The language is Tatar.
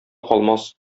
калмас